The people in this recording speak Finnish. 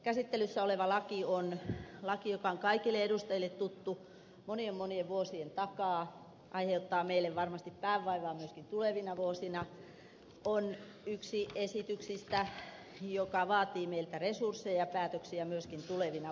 käsittelyssä oleva laki on laki joka on kaikille edustajille tuttu monien monien vuosien takaa aiheuttaa meille varmasti päänvaivaa myöskin tulevina vuosina on yksi esityksistä joka vaatii meiltä resursseja päätöksiä myöskin tulevina vuosina